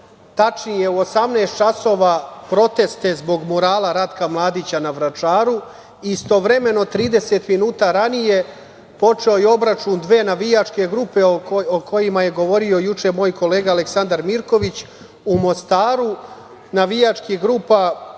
tačnije u 18 časova, proteste zbog murala Ratka Mladića, na Vračaru, istovremeno 30 minuta ranije počeo je obračun dve navijačke grupe o kojima je govorio juče moj kolega, Aleksandar Mirković, u Mostaru, navijačkih grupa,